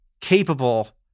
capable